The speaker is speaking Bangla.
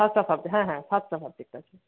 সাতটা সাবজেক্ট হ্যাঁ হ্যাঁ সাতটা সাবজেক্ট আছে